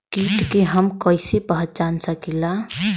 कीट के हम कईसे पहचान सकीला